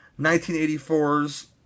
1984's